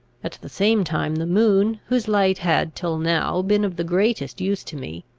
at the same time the moon, whose light had till now been of the greatest use to me,